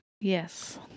Yes